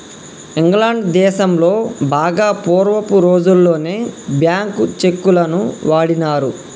England దేశంలో బాగా పూర్వపు రోజుల్లోనే బ్యేంకు చెక్కులను వాడినారు